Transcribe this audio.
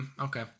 okay